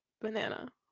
banana